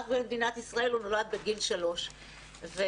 רק במדינת ישראל הוא נולד בגיל שלוש ולכאורה